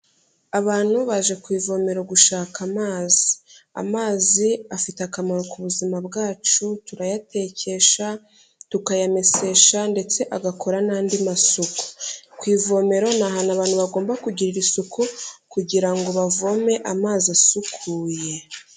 Abantu baje ku ivomero gushaka amazi, amazi afite akamaro ku buzima bwacu turayatekesha, tukayamesesha ndetse agakora n'andi masuku, ku ivomero ni ahantu abantu bagomba kugirira isuku kugira ngo bavome amazi asukuye.